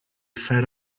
fed